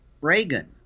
Reagan